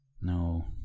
No